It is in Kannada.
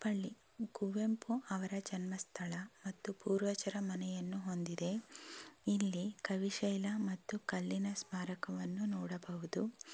ಕುಪ್ಪಳ್ಳಿ ಕುವೆಂಪು ಅವರ ಜನ್ಮ ಸ್ಥಳ ಮತ್ತು ಪೂರ್ವಜರ ಮನೆಯನ್ನು ಹೊಂದಿದೆ ಇಲ್ಲಿ ಕವಿ ಶೈಲ ಮತ್ತು ಕಲ್ಲಿನ ಸ್ಮಾರಕವನ್ನು ನೋಡಬಹುದು